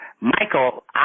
Michael